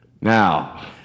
Now